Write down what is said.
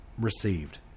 received